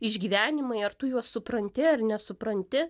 išgyvenimai ar tu juos supranti ar nesupranti